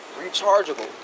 Rechargeable